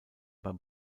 beim